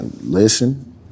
Listen